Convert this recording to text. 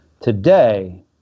today